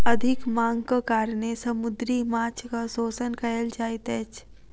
अधिक मांगक कारणेँ समुद्री माँछक शोषण कयल जाइत अछि